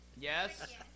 Yes